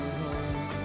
home